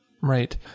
Right